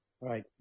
right